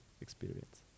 experience